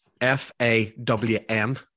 F-A-W-N